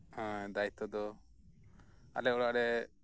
ᱮᱸᱻ ᱫᱟᱭᱤᱛᱛᱚ ᱫᱚ ᱟᱞᱮ ᱚᱲᱟᱜ ᱨᱮ